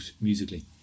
musically